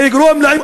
זה יגרום להם,